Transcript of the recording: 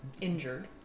Injured